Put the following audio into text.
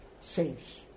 saves